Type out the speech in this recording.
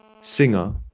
singer